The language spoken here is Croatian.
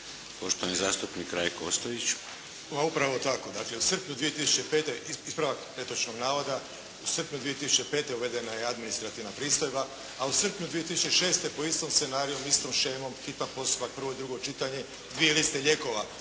Ostojić. **Ostojić, Rajko (SDP)** Pa upravo tako. Dakle u srpnju 2005. ispravak netočnog navoda, u srpnju 2005. uvedena je administrativna pristojba, a u srpnju 2006. po istom scenariju, pod istom shemom, hitan postupak, prvo i drugo čitanje, dvije liste lijekova.